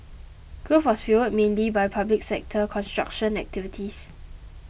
growth was fuelled mainly by public sector construction activities